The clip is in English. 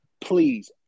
please